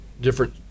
different